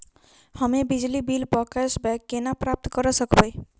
हम्मे बिजली बिल प कैशबैक केना प्राप्त करऽ सकबै?